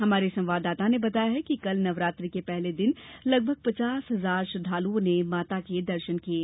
हमारे संवाददाता ने बताया है कि कल नवरात्रि के पहले दिन लगभग पचास हजार श्रद्धालुओं ने माता के दर्शन किये